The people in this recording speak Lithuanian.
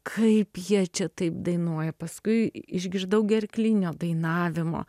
kaip jie čia taip dainuoja paskui išgirdau gerklinio dainavimo